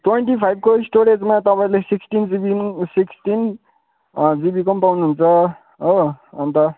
twenty फाइभको स्टोरेजमा तपाईँले सिक्सटिन जिबी पनि सिक्सटिन जिबीको पनि पाउनुहुन्छ हो अन्त